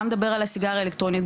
גם לדבר על הסיגריה האלקטרונית,